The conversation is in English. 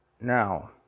Now